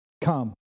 come